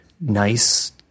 nice